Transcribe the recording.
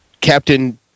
Captain